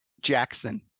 Jackson